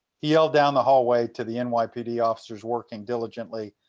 he yelled down the hallway to the and nypd officers working diligently,